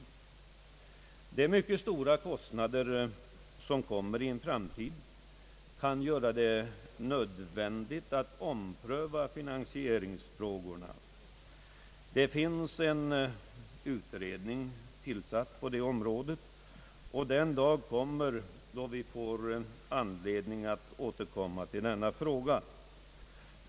Framtidens mycket stora kostnader kan göra det nödvändigt att ompröva finansieringsfrågorna. En utredning är tillsatt på det området, och vi får säkerligen anledning återkomma till denna fråga.